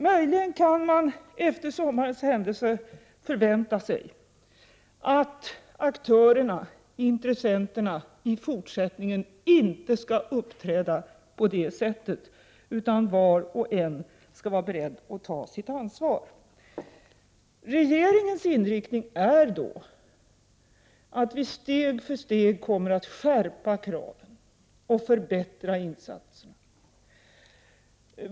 Möjligen kan man efter sommarens händelser förvänta sig att aktörerna, intressenterna, i fortsättningen inte skall uppträda på detta sätt, utan var och en skall vara beredd att ta sitt ansvar. Regeringens inriktning är att steg för steg skärpa kraven och förbättra insatserna.